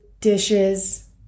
dishes